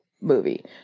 movie